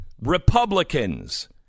Republicans